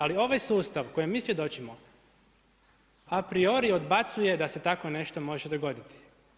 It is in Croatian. Ali ovaj sustav kojem mi svjedočimo a priori odbacuje da se tako nešto može dogoditi.